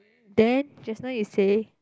then just now you say